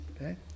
Okay